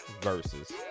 versus